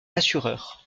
assureur